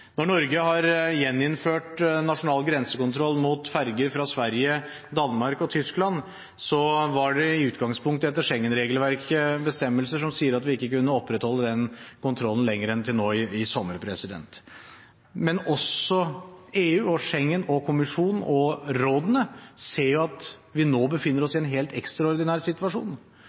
Når Norge har gjeninnført nasjonal grensekontroll av ferger fra Sverige, Danmark og Tyskland, var det i utgangspunktet etter Schengen-regelverkets bestemmelser, som sier at vi ikke kunne opprettholde den kontrollen lenger enn til nå i sommer. Men også EU, Schengen, kommisjonen og rådene ser jo at vi nå befinner oss i en helt ekstraordinær situasjon,